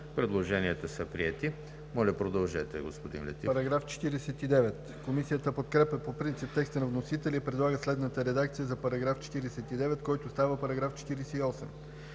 Предложението е прието. Моля, продължете, господин Летифов.